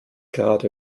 gerade